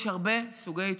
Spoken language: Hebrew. יש הרבה סוגי התעללות.